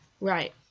Right